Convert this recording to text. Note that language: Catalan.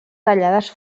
tallades